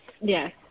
Yes